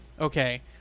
Okay